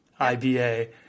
IBA